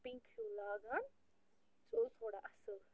pink ہیٛوٗ لاگان سُہ اوس تھوڑا اَصٕل